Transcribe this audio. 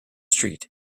street